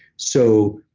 so,